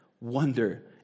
wonder